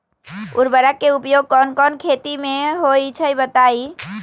उर्वरक के उपयोग कौन कौन खेती मे होई छई बताई?